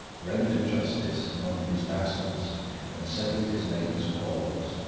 rendered justice among his vassals and settled his neighbours' quarrels.